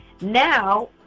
now